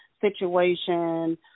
situation